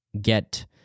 get